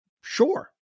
Sure